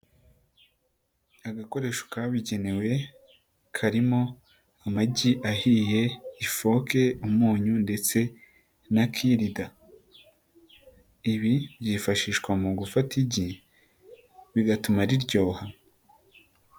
Agakoresho kabugenewe karimo amagi ahiye, ifoke, umunyu ndetse na kirida, ibi byifashishwa mu gufata igi, bigatuma riryoha.